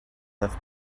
have